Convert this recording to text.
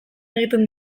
egiten